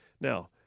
Now